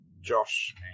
Josh